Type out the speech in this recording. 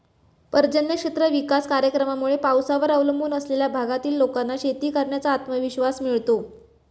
पर्जन्य क्षेत्र विकास कार्यक्रमामुळे पावसावर अवलंबून असलेल्या भागातील लोकांना शेती करण्याचा आत्मविश्वास मिळतो